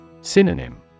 Synonym